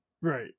right